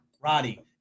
Roddy